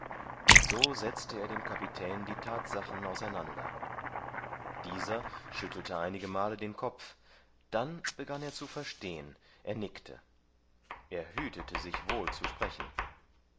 so setzte er dem kapitän die tatsachen auseinander dieser schüttelte einige male den kopf dann begann er zu verstehen er nickte er hütete sich wohl zu sprechen